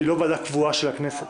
היא לא ועדה קבועה של הכנסת.